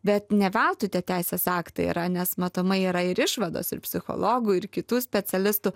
bet ne veltui tie teisės aktai yra nes matomai yra ir išvados ir psichologų ir kitų specialistų